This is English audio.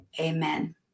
Amen